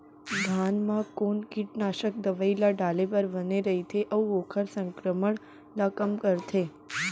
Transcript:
धान म कोन कीटनाशक दवई ल डाले बर बने रइथे, अऊ ओखर संक्रमण ल कम करथें?